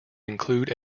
include